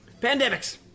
Pandemics